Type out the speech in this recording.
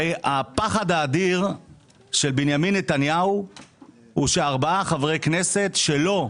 הרי הפחד האדיר של בנימין נתניהו הוא שארבעה חברי כנסת שלו,